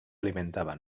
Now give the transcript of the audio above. alimentaba